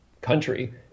country